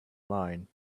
line